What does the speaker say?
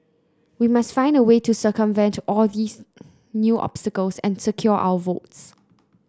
we must find a way to circumvent all these new obstacles and secure our votes